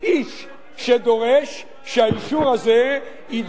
שדורש שהאישור הזה יידון בממשלה,